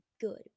good